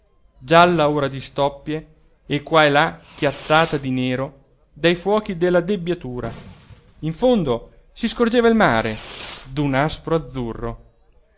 gialla ora di stoppie e qua e là chiazzata di nero dai fuochi della debbiatura in fondo si scorgeva il mare d'un aspro azzurro